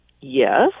Yes